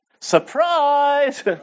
Surprise